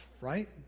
right